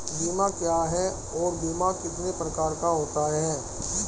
बीमा क्या है और बीमा कितने प्रकार का होता है?